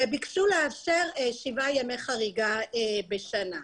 וביקשו לאשר שבעה ימי חריגה בשנה.